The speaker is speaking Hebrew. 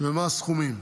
ומה הסכומים.